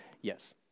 Yes